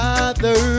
Father